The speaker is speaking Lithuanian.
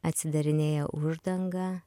atsidarinėja uždanga